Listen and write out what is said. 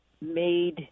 made